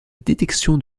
détection